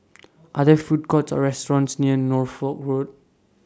Are There Food Courts Or restaurants near Norfolk Road